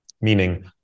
meaning